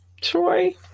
Troy